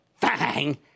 bang